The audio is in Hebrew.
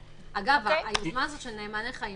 אגב, היוזמה של "נאמני חיים"